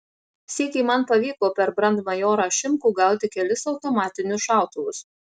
sykį man pavyko per brandmajorą šimkų gauti kelis automatinius šautuvus